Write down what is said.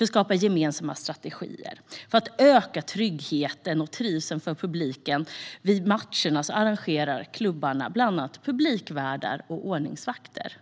att skapa gemensamma strategier. För att öka tryggheten och trivseln för publiken vid matcherna engagerar klubbarna bland annat publikvärdar och ordningsvakter.